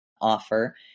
Offer